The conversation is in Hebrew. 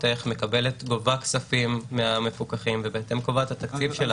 ערך גובה כספים מהמפוקחים ובהתאם קובעת את התקציב שלה.